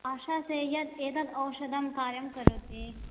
आशासे यत् एतद् औषधं कार्यं करोति